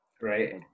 right